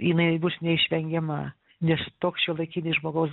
jinai bus neišvengiama nes toks šiuolaikinis žmogaus